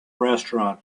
restaurant